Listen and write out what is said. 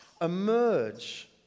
emerge